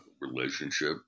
relationship